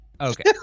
okay